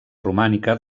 romànica